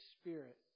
Spirit